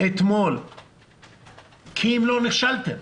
כי אם לא, נכשלתם.